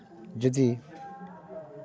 ᱡᱚᱫᱤ